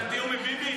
אתה בתיאום עם ביבי?